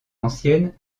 anciennes